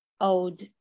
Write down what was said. old